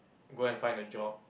go and find a job